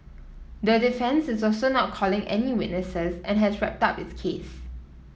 the defence is also not calling any witnesses and has wrapped up its case